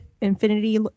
Infinity